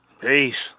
Peace